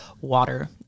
water